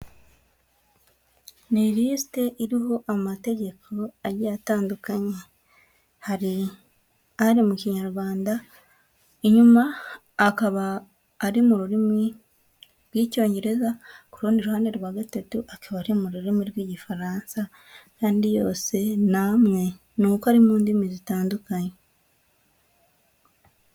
Ni lisite iriho amategeko agiye atandukanye, hari ari mu Kinyarwanda, inyuma akaba ari mu rurimi rw'Icyongereza, ku rundi ruhande rwa gatatu akaba ari mu rurimi rw'Igifaransa, kandi yose ni amwe ni uko ari mu ndimi zitandukanye.